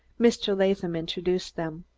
mr. latham introduced them.